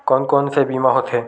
कोन कोन से बीमा होथे?